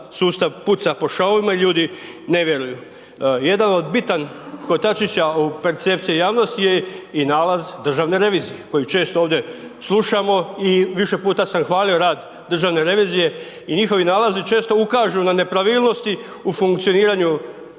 sustav puca po šavovima i da ljudi ne vjeruju. Jedan od bitan od kotačića u percepciji javnosti je i nalaz državne revizije koji često ovdje slušamo i više puta sam hvalio rad Državne revizije i njihovi nalazi često ukažu na nepravilnosti u funkcioniranju